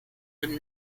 dem